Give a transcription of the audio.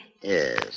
Yes